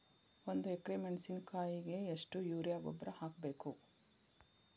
ಒಂದು ಎಕ್ರೆ ಮೆಣಸಿನಕಾಯಿಗೆ ಎಷ್ಟು ಯೂರಿಯಾ ಗೊಬ್ಬರ ಹಾಕ್ಬೇಕು?